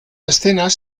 escenas